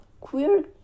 Queer